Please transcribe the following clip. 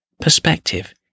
perspective